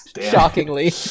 shockingly